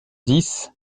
dix